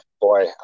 boy